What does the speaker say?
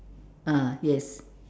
ah yes